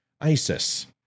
ISIS